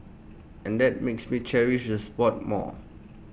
and that makes me cherish the spot more